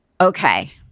okay